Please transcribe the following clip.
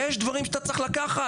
יש דברים שאתה צריך לקחת.